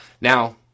Now